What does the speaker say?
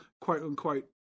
quote-unquote